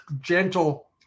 gentle –